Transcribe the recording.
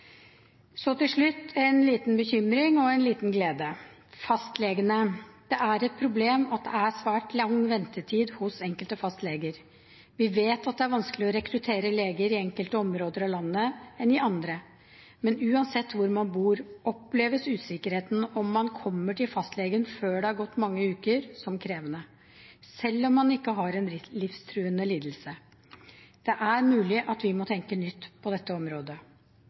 Så til slutt, en liten bekymring og en liten glede. Først til fastlegene. Det er et problem at det er svært lang ventetid hos enkelte fastleger. Vi vet at det er vanskeligere å rekruttere leger i enkelte områder av landet enn i andre. Men uansett hvor man bor, oppleves usikkerheten om man kommer til fastlegen før det har gått mange uker, som krevende, selv om man ikke har en livstruende lidelse. Det er mulig vi må tenke nytt på dette området.